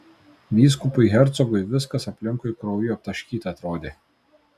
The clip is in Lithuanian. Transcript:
vyskupui hercogui viskas aplinkui krauju aptaškyta atrodė